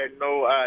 no